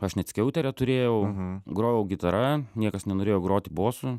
aš net skiauterę turėjau grojau gitara niekas nenorėjo groti bosu